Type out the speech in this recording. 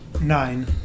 Nine